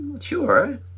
sure